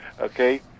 Okay